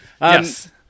Yes